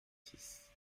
six